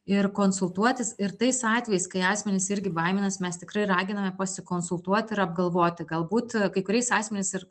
ir konsultuotis ir tais atvejais kai asmenys irgi baiminas mes tikrai raginame pasikonsultuoti ir apgalvoti galbūt kai kuriais asmenys ir